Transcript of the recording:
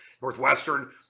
Northwestern